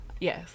Yes